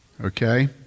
Okay